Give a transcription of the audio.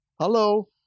Hello